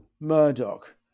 Murdoch